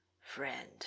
Friend